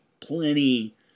plenty